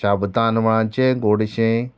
शाबतांनवळांचें गोडशें